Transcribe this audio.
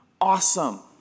awesome